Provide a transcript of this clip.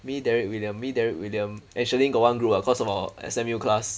me derek william me derek william and shirlene got one group what cause of our S_M_U class